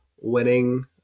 winning